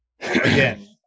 again